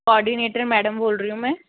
coordinator madam बोल रही हूँ मैं